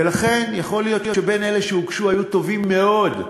ולכן, יכול להיות שבין אלה שהוגשו היו טובים מאוד,